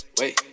wait